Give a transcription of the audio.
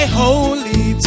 holy